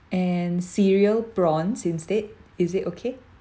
and cereal prawns instead is it okay